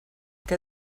que